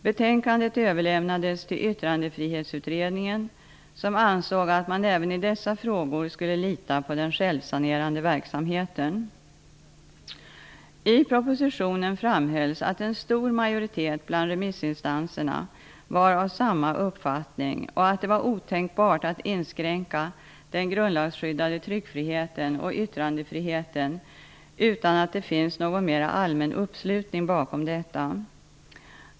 Betänkandet överlämnades till Yttrandefrihetsutredningen, som ansåg att man även i dessa frågor skulle lita på den självsanerande verksamheten. I propositionen framhölls att en stor majoritet bland remissinstanserna var av samma uppfattning och att det är otänkbart att inskränka den grundlagsskyddade tryckfriheten och yttrandefriheten utan att det finns någon mera allmän uppslutning bakom detta.